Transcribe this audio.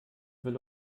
will